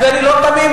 ואני לא תמים,